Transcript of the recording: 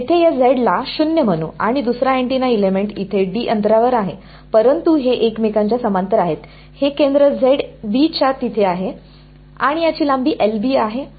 येथे या z ला 0 म्हणू आणि दुसरा अँटेना एलिमेंट इथे d अंतरावर आहे परंतु हे एकमेकांच्या समांतर आहे हे केंद्र च्या इथे आहे आणि याची लांबी आहे